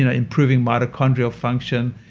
and improving mitochondrial function,